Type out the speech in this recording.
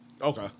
Okay